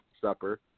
supper